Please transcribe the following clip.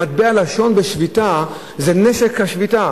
מטבע הלשון "בשביתה" זה נשק השביתה.